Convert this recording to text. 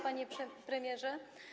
Panie Premierze!